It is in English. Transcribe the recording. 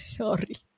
sorry